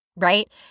right